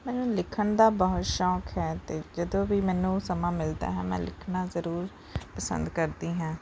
ਮੈਨੂੰ ਲਿਖਣ ਦਾ ਬਹੁਤ ਸ਼ੌਕ ਹੈ ਅਤੇ ਜਦੋਂ ਵੀ ਮੈਨੂੰ ਸਮਾਂ ਮਿਲਦਾ ਹੈ ਮੈਂ ਲਿਖਣਾ ਜ਼ਰੂਰ ਪਸੰਦ ਕਰਦੀ ਹਾਂ